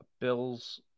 Bills